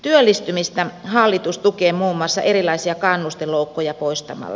työllistymistä hallitus tukee muun muassa erilaisia kannustinloukkuja poistamalla